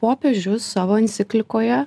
popiežius savo enciklikoje